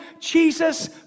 Jesus